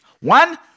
One